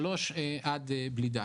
שלוש עד בלי די.